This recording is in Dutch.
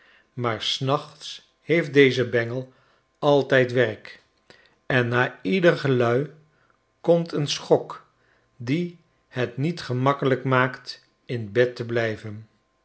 maar s nachts heeft deze bengel altijd werk en na ieder gelui komt een schok die het niet gemakkelijk maakt in bed te blijven